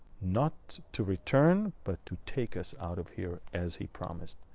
not to return, but to take us out of here as he promised.